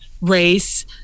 race